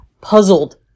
puzzled